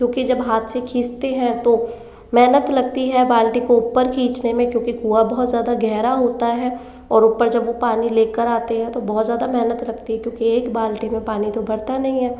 क्योंकि जब हाँथ से खींचतें हैं तो मेहनत लगती हैं बाल्टी को उपर खींचने में क्योंकि कुआँ बहुत ज़्यादा गहरा होता है और ऊपर जब वो पानी लेकर आते हैं तो बहुत ज़्यादा मेहनत लगती है क्योंकि एक बाल्टी में पानी तो भरता नहीं है